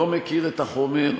לא מכיר את החומר,